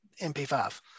MP5